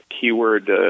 keyword